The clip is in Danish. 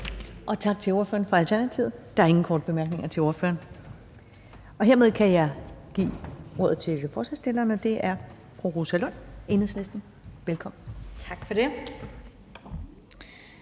Tak til ordføreren fra Alternativet. Der er ingen korte bemærkninger til ordføreren. Hermed kan jeg give ordet til ordføreren for forslagsstillerne, og det er fru Rosa Lund, Enhedslisten. Velkommen. Kl.